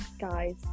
guys